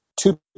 two